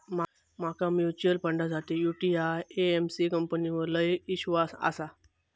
माका म्यूचुअल फंडासाठी UTI AMC कंपनीवर लय ईश्वास आसा